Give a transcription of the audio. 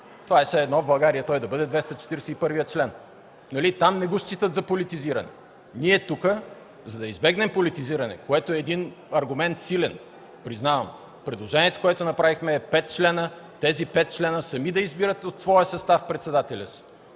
Това е все едно в България той да бъде 241-вият член. Там не го считат за политизиране. Ние тук, за да избегнем политизиране, което е силен аргумент, признавам – предложението, което направихме, е петима членове. Тези петима членове сами да избират от своя състав председателя си.